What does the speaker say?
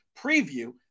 preview